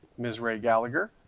ms. rae gallagher,